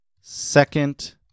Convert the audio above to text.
second